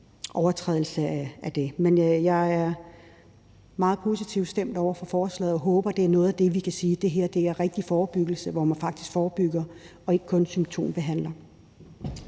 overtrædelse af det? Men jeg er meget positivt stemt over for forslaget og håber, det er noget af det, hvor vi kan sige, at det her er rigtig forebyggelse, hvor man faktisk forebygger og ikke kun symptombehandler.